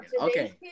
Okay